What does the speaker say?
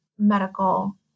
Medical